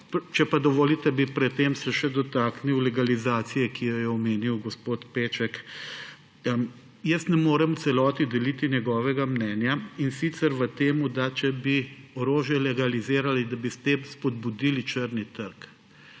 Če pa dovolite, bi se pred tem dotaknil še legalizacije, ki jo je omenil gospod Peček. Jaz ne morem v celoti deliti njegovega mnenja, in sicer v tem, da če bi orožje legalizirali, da bi s tem spodbudili črni trg.